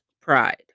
Pride